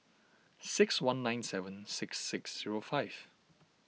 six one nine seven six six zero five